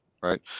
right